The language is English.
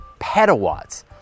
petawatts